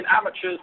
amateurs